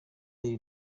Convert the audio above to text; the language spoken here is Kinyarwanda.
iri